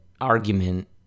argument